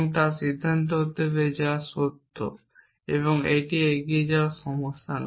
তা সিদ্ধান্ত নিতে হবে যা সত্য এখনও একটি সরাসরি এগিয়ে সমস্যা নয়